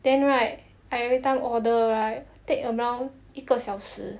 then right I every time order right take around 一个小时